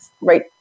right